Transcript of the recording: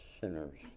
sinners